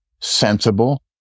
sensible